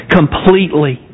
completely